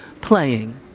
playing